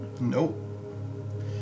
Nope